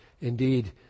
Indeed